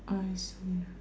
I see